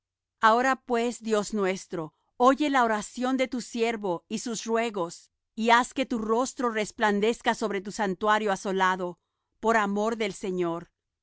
ahora pues dios nuestro oye la oración de tu siervo y sus ruegos y haz que tu rostro resplandezca sobre tu santuario asolado por amor del señor